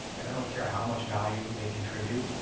and i don't care how much value they contribute,